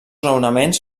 raonaments